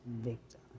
victim